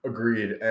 Agreed